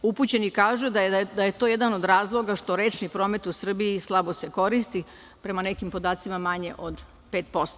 Upućeni kažu da je to jedan od razloga što rečni promet u Srbiji slabo se koristi, prema nekim podacima manje od 5%